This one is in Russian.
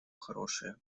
хорошие